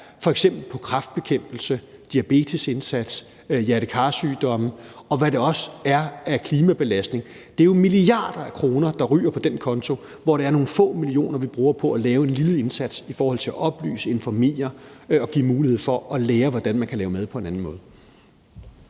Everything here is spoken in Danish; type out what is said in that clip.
f.eks. kræftbekæmpelse, diabetesindsats, hjerte-kar-sygdomme, og hvad der også er af klimabelastning. Det er jo milliarder af kroner, der ryger på den konto, hvor det er nogle få millioner, vi bruger på at lave en lille indsats i forhold til at oplyse, informere og give mulighed for at lære, hvordan man kan lave mad på en anden måde.